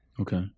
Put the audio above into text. Okay